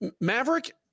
Maverick